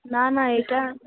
না না এটা